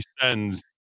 sends